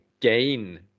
gain